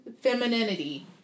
femininity